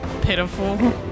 pitiful